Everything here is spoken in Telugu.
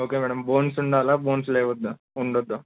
ఓకే మ్యాడమ్ బోన్స్ ఉండాలా బోన్స్ వద్దా ఉండద్దా